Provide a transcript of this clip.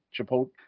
Chipotle